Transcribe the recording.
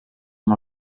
amb